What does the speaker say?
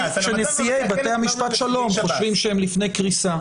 שנשיאי בתי המשפט שלום חושבים שהם לפני קריסה.